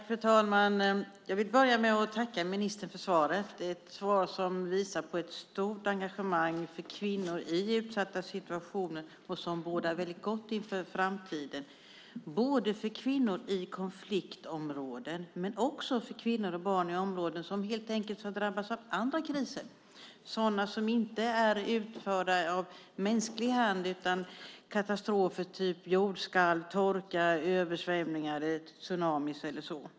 Fru talman! Jag vill börja med att tacka ministern för svaret. Det är ett svar som visar på ett stort engagemang för kvinnor i utsatta situationer. Det bådar gott inför framtiden, både för kvinnor i konfliktområden och för kvinnor och barn i områden som har drabbats av andra kriser som inte är utförda av mänsklig hand utan är katastrofer av typen jordskalv, torka, översvämningar, tsunamier eller så.